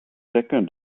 second